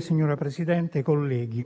Signor Presidente, colleghi,